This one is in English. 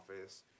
office